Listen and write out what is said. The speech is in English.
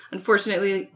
Unfortunately